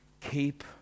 Keep